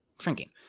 shrinking